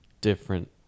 different